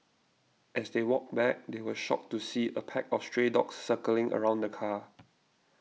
as they walked back they were shocked to see a pack of stray dogs circling around the car